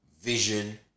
vision